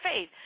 faith